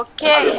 Okay